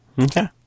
Okay